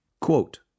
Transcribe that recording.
Quote